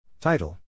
Title